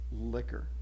liquor